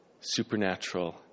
supernatural